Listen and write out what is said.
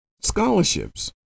scholarships